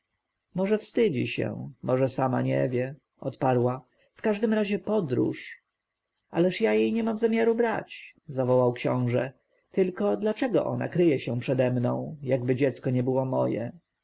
może wstydzi się może sama nie wie odparła w każdym razie podróż ależ ja jej nie mam zamiaru brać zawołał książę tylko dlaczego ona kryje się przede mną jakby dziecko nie było moje